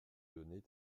donné